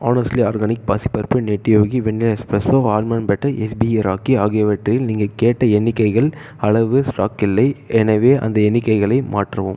honestly organic பாசிப் பருப்பு nutty Yogi vanilla espresso almond butter SPE rocky ஆகியவற்றில் நீங்கள் கேட்ட எண்ணிக்கைகள் அளவு ஸ்டாக் இல்லை எனவே அந்த எண்ணிக்கைகளை மாற்றவும்